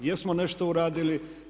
Jesmo nešto uradili.